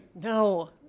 No